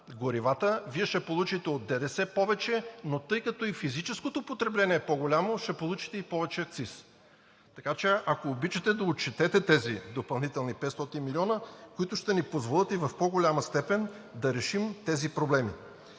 горивата Вие ще получите от ДДС повече, но тъй като и физическото потребление е по-голямо, ще получите и повече акциз. Така че, ако обичате да отчетете допълнителни 500 милиона, които ще ни позволят и в по-голяма степен да решим тези проблеми.